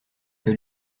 que